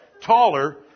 taller